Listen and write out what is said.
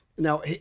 Now